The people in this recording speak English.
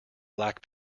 black